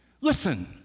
Listen